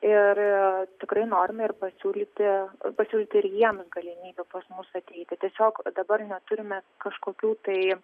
ir tikrai norime ir pasiūlyti pasiūlyti ir jiems galimybę pas mus ateiti tiesiog dabar neturime kažkokių tai